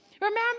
Remember